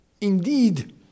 indeed